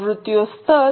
પ્રવૃત્તિઓ સ્તર